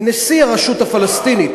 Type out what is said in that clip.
נשיא הרשות הפלסטינית.